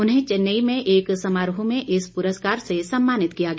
उन्हें चेन्नई में एक समारोह में इस पुरस्कार से सम्मानित किया गया